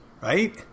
Right